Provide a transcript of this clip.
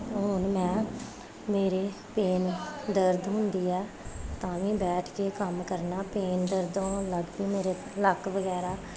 ਹੁਣ ਮੈਂ ਮੇਰੇ ਪੇਨ ਦਰਦ ਹੁੰਦੀ ਹੈ ਤਾਂ ਵੀ ਬੈਠ ਕੇ ਕੰਮ ਕਰਨਾ ਪੇਨ ਦਰਦ ਹੋਣ ਲੱਗ ਗਈ ਮੇਰੇ ਲੱਕ ਵਗੈਰਾ